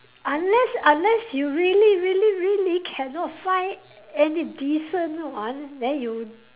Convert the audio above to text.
unless unless you really really really cannot find any decent one then you